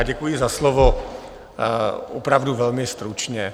Děkuji za slovo, opravdu velmi stručně.